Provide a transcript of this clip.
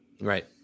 right